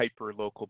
hyperlocal